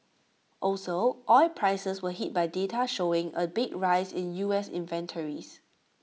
also oil prices were hit by data showing A big rise in U S inventories